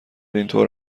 اینطور